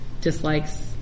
dislikes